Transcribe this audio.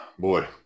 boy